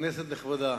כנסת נכבדה,